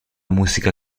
musica